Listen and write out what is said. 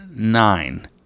Nine